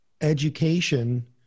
education